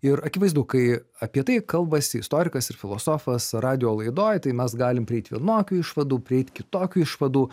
ir akivaizdu kai apie tai kalbasi istorikas ir filosofas radijo laidoj tai mes galim prieit vienokių išvadų prieit kitokių išvadų